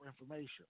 information